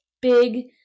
big